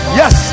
yes